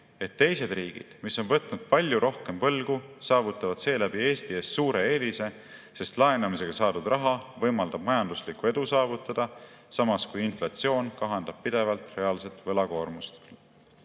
et teised riigid, mis on võtnud palju rohkem võlgu, saavutavad seeläbi Eesti ees suure eelise, sest laenamisega saadud raha võimaldab majanduslikku edu saavutada, samas kui inflatsioon kahandab pidevalt reaalset võlakoormust?